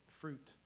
fruit